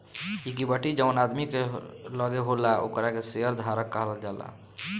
equity जवन आदमी के लगे होला ओकरा के शेयर धारक कहल जाला